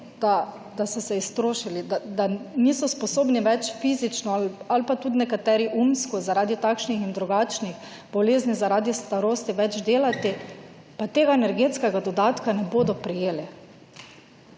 da so se iztrošili, da niso sposobni več fizično ali pa tudi nekateri umsko zaradi takšnih in drugačnih bolezni, zaradi starosti, več delati, pa tega energetskega dodatka ne bodo prejeli.